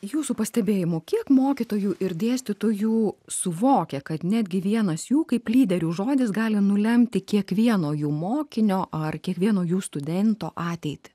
jūsų pastebėjimu kiek mokytojų ir dėstytų jų suvokia kad netgi vienas jų kaip lyderių žodis gali nulemti kiekvieno jų mokinio ar kiekvieno jų studento ateitį